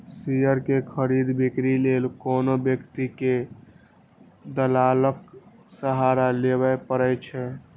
share के खरीद, बिक्री लेल कोनो व्यक्ति कें दलालक सहारा लेबैए पड़ै छै